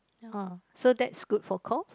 uh so that is good for cough